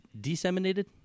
disseminated